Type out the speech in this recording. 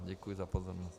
Děkuji za pozornost.